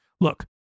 Look